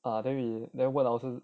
ah then we then 问老师